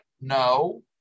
No